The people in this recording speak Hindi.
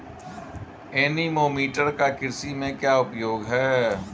एनीमोमीटर का कृषि में क्या उपयोग है?